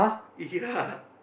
ya